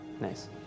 Nice